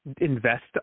invest